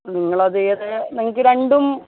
നിങ്ങളത് ഏത് നിങ്ങള്ക്കു രണ്ടും